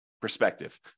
Perspective